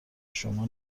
شما